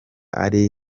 ari